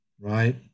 right